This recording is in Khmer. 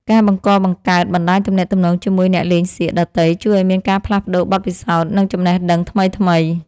ការបង្កបង្កើតបណ្តាញទំនាក់ទំនងជាមួយអ្នកលេងសៀកដទៃជួយឱ្យមានការផ្លាស់ប្តូរបទពិសោធន៍ និង ចំណេះដឹងថ្មីៗ។